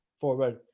forward